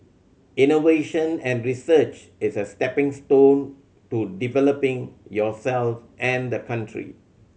innovation and research is a stepping stone to developing yourself and the country